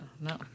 no